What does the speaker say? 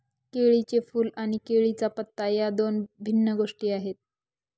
केळीचे फूल आणि केळीचा पत्ता या दोन भिन्न गोष्टी आहेत